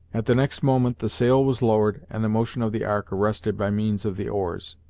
at the next moment the sail was lowered, and the motion of the ark arrested by means of the oars.